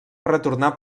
retornar